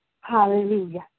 Hallelujah